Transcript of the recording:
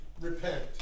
repent